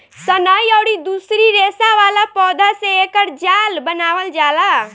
सनई अउरी दूसरी रेसा वाला पौधा से एकर जाल बनावल जाला